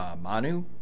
Manu